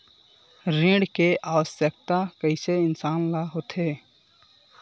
ऋण के आवश्कता कइसे इंसान ला होथे?